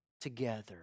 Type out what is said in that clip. together